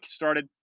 started